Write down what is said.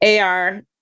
AR